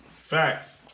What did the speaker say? facts